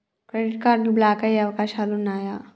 Credit card block అయ్యే అవకాశాలు ఉన్నయా?